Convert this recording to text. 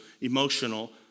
emotional